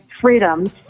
freedom